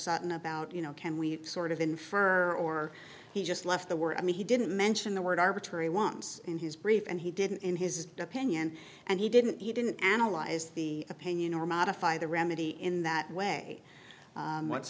sutton about you know can we sort of infer or he just left the word i mean he didn't mention the word arbitrary once in his brief and he didn't in his opinion and he didn't he didn't analyze the opinion or modify the remedy in that way